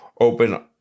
open